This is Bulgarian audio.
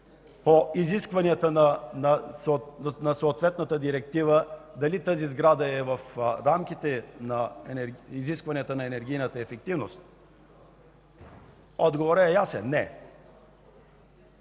по изискванията на съответната директива дали тази сграда е в рамките на изискванията за енергийна ефективност? Отговорът е ясен: не.